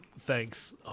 thanks